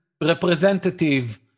representative